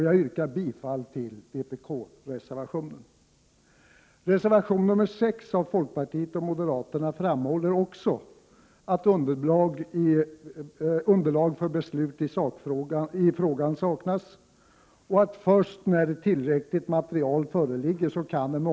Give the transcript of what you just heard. Jag yrkar bifall till vpk-reservationen. I reservation 6 av folkpartiet och moderaterna framhåller man också att underlag för beslut i frågan saknas och att en omlokalisering kan prövas först när tillräckligt material föreligger.